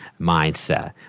mindset